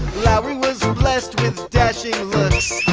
lowry was blessed with dashing looks